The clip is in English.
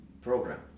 program